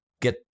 get